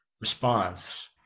response